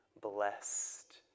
blessed